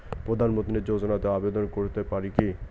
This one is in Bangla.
প্রধানমন্ত্রী যোজনাতে আবেদন করতে পারি কি?